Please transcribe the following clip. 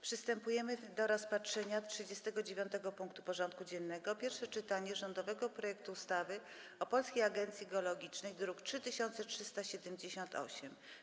Przystępujemy do rozpatrzenia punktu 39. porządku dziennego: Pierwsze czytanie rządowego projektu ustawy o Polskiej Agencji Geologicznej (druk nr 3378)